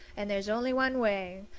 and there's only one way.